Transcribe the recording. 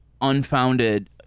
Unfounded